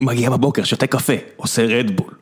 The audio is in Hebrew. מגיע בבוקר, שותה קפה, עושה רדבול.